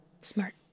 Smart